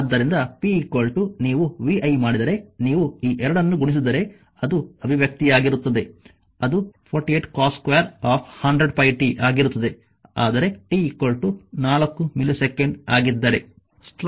ಆದ್ದರಿಂದ p ನೀವು vi ಮಾಡಿದರೆ ನೀವು ಈ 2 ಅನ್ನು ಗುಣಿಸಿದರೆ ಅದು ಅಭಿವ್ಯಕ್ತಿಯಾಗಿರುತ್ತದೆ ಅದು 48 cos2 100πt ಆಗಿರುತ್ತದೆ ಆದರೆ t 4 ಮಿಲಿಸೆಕೆಂಡ್ ಆಗಿದ್ದರೆ